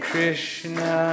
Krishna